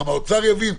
גם האוצר יבין,